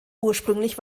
ursprünglich